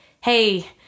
hey